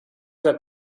led